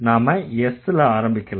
நாம Sல ஆரம்பிக்கலாம்